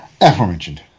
aforementioned